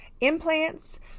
implants